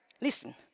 Listen